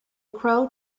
crow